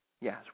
Yes